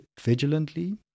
vigilantly